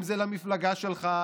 אם זה למפלגה שלך,